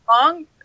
Long